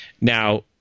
Now